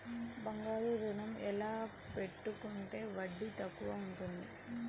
బంగారు ఋణం ఎలా పెట్టుకుంటే వడ్డీ తక్కువ ఉంటుంది?